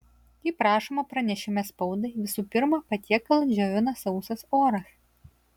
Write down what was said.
kaip rašoma pranešime spaudai visų pirma patiekalą džiovina sausas oras